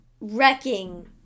wrecking